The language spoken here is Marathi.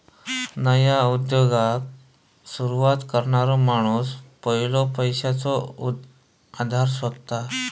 नया उद्योगाक सुरवात करणारो माणूस पयलो पैशाचो आधार शोधता